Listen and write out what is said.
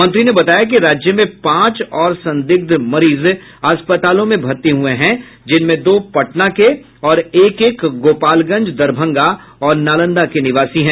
मंत्री ने बताया कि राज्य में पांच और संदिग्ध मरीज अस्पतालों में भर्ती हये हैं जिनमें दो पटना के और एक एक गोपालगंज दरभंगा और नालंदा के निवासी हैं